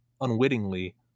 unwittingly